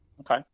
Okay